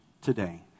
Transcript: today